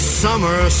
summer